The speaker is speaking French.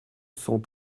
cent